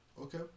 Okay